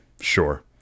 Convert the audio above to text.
sure